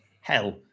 hell